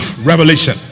revelation